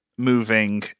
moving